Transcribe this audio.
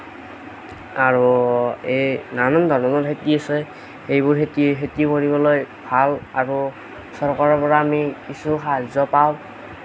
আৰু এই নানান ধৰণৰ খেতি আছে এইবোৰ খেতি খেতি কৰিবলৈ ভাল আৰু চৰকাৰৰ পৰা আমি কিছু সাহাৰ্য্য পাওঁ